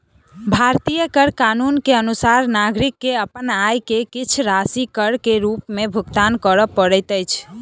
भारतीय कर कानून के अनुसार नागरिक के अपन आय के किछ राशि कर के रूप में भुगतान करअ पड़ैत अछि